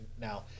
now